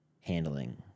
handling